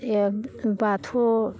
एक बाथौ